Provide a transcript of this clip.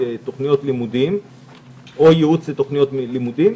תוכניות לימודים או ייעוץ לתוכניות לימודים,